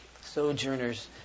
Sojourners